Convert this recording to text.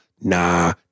nah